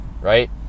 right